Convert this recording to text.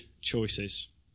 choices